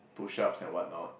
push ups and what not